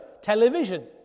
television